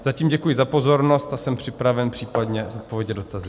Zatím děkuji za pozornost a jsem připraven případně zodpovědět dotazy.